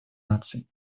наций